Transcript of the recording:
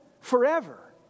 forever